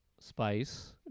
spice